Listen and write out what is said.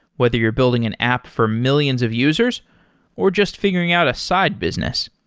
whether you're building an app for millions of users or just figuring out a side business.